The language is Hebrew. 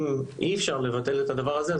אם אי-אפשר לבטל את הדבר הזה,